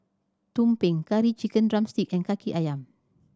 tumpeng Curry Chicken drumstick and Kaki Ayam